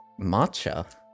matcha